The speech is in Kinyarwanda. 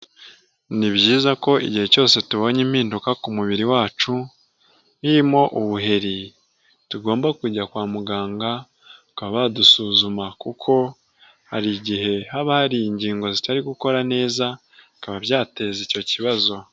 Ni byiza ko igihe cyose tubonye impinduka ku mubiri wacu, irimo ubuheri tugomba kujya kwa muganga bakaba badusuzuma kuko hari igihe haba hari ingingo zitari gukora neza bikaba byateza icyo kibazo.